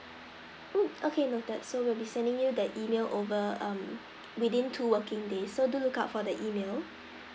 mm okay noted so we'll be sending you the email over um within two working days so do look out for the email